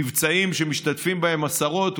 במבצעים שמשתתפים בהם עשרות,